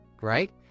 Right